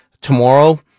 Tomorrow